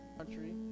country